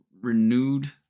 renewed